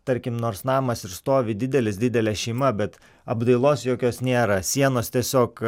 tarkim nors namas ir stovi didelis didelė šeima bet apdailos jokios nėra sienos tiesiog